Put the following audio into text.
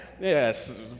Yes